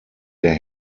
der